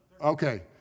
Okay